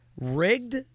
rigged